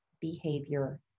behavior